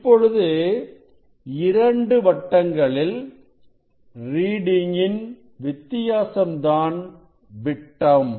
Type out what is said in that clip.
இப்பொழுது 2 வட்டங்களில் ரீடிங் இன் வித்தியாசம்தான் விட்டம்